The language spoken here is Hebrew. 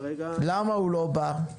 למה הוא לא בא?